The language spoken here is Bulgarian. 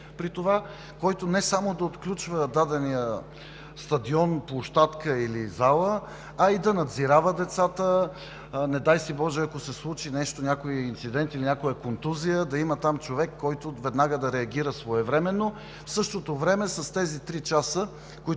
при това, който не само да отключва дадения стадион, площадка или зала, а и да надзирава децата. Не дай си боже, ако се случи нещо – някой инцидент и някоя контузия, да има там човек, който веднага да реагира своевременно. В същото време с тези три часа, които